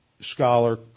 scholar